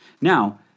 Now